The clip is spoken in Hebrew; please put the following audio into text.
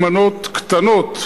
במנות קטנות,